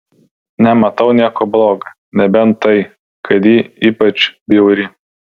nematau nieko bloga nebent tai kad ji ypač bjauri